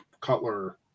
Cutler